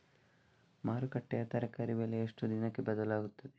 ಮಾರುಕಟ್ಟೆಯ ತರಕಾರಿ ಬೆಲೆ ಎಷ್ಟು ದಿನಕ್ಕೆ ಬದಲಾಗುತ್ತದೆ?